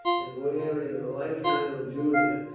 and where, in the lifetime of julia,